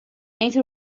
entre